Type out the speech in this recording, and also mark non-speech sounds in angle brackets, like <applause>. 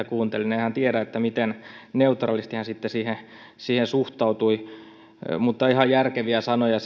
<unintelligible> kuuntelin niin en ihan tiedä miten neutraalisti hän siihen sitten suhtautui mutta ihan järkeviä sanoja <unintelligible>